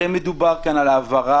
הרי מדובר כאן על העברת